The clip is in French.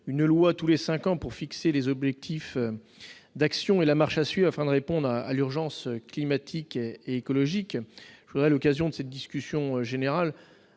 une loi tous les cinq ans pour fixer les objectifs d'action et la marche à suivre, afin de répondre à l'urgence climatique et écologique. À l'occasion de cette prise de parole,